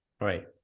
Right